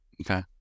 Okay